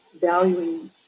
valuing